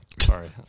Sorry